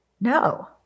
No